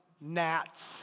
gnats